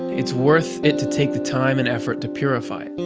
it's worth it to take the time and effort to purify it.